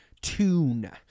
tune